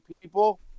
people